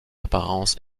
apparence